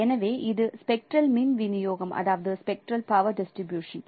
எனவே இது ஸ்பெக்ட்ரல் மின் விநியோகம் spectral power distribution